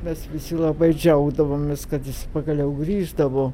mes visi labai džiaugdavomės kad jis pagaliau grįždavo